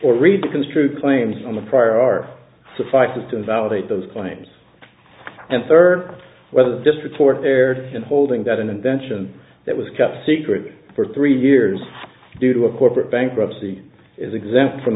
or read to construe claims on the prior are suffices to invalidate those claims and third whether the just report aired in holding that an invention that was kept secret for three years due to a corporate bankruptcy is exempt from